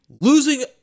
losing